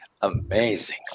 amazing